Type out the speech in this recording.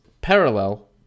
parallel